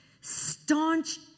staunch